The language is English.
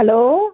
hello